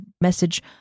message